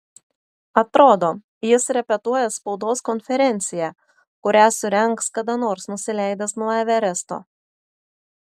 atrodo jis repetuoja spaudos konferenciją kurią surengs kada nors nusileidęs nuo everesto